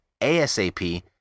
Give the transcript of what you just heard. ASAP